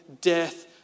death